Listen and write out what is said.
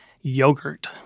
yogurt